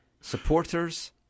Supporters